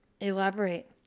Elaborate